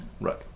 Right